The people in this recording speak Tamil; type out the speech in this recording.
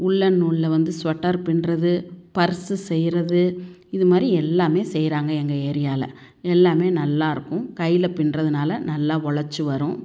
உல்லன் நூலில் வந்து ஸ்வெட்டர் பின்னுறது பர்ஸு செய்கிறது இது மாதிரி எல்லாமே செய்கிறாங்க எங்கள் ஏரியாவில் எல்லாமே நல்லாயிருக்கும் கையில் பின்னுறதுனால நல்லா ஒழைச்சி வரும்